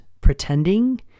pretending